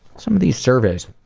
some of the surveys.